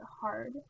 hard